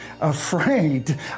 afraid